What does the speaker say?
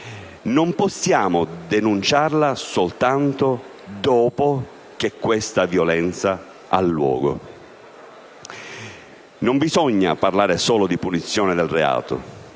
Non possiamo denunciarla soltanto dopo che essa abbia avuto luogo. Non bisogna parlare solo di punizione del reato,